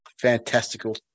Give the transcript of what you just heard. fantastical